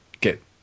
get